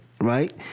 right